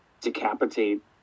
decapitate